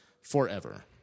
forever